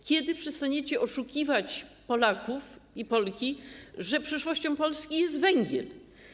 Kiedy przestaniecie oszukiwać Polaków i Polki, że przyszłością Polski jest węgiel?